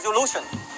resolution